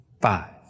Five